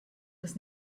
das